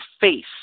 face